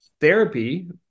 therapy